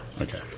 okay